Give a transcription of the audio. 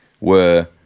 were-